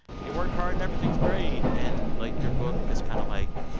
you work hard and everything is great. and, like, your book is kind of like,